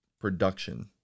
production